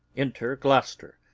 enter gloucester,